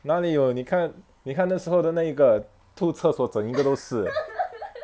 哪里有你看你看那时候的那一个吐厕所整个都是